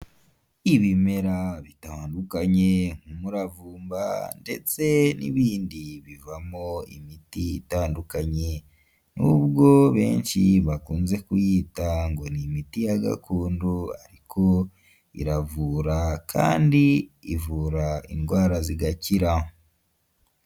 Ibimera bitandukanye nk'umuravumba ndetse n'ibindi bivamo imiti itandukanye nubwo benshi bakunze kuyita ngo ni imiti ya gakondo ariko iravura kandi ivura indwara zigakira.